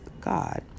God